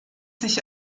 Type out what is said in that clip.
sich